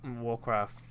Warcraft